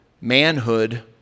manhood